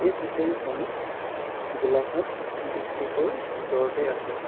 এই হোটেলখন গোলাঘাট ডিষ্ট্ৰিক্টৰ ভিতৰতে আছে